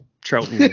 trout